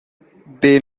they